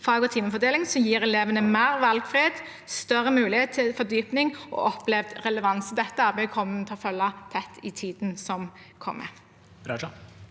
fag- og timefordeling som gir elevene mer valgfrihet, større mulighet til fordypning og opplevd relevans. Dette arbeidet kommer vi til å følge tett i tiden som kommer.